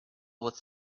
with